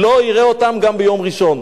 לא יראה אותם גם ביום ראשון,